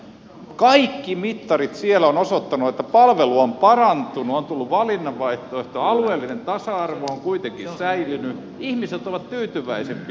kaikki mittarit siellä ovat osoittaneet että palvelu on parantunut on tullut valinnan vaihtoehtoa alueellinen tasa arvo on kuitenkin säilynyt ihmiset ovat tyytyväisempiä